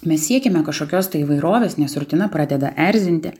mes siekiame kažkokios tai įvairovės nes rutina pradeda erzinti